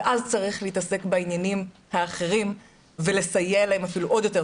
ואז צריך להתעסק בעניינים האחרים ולסייע להם אפילו עוד יותר,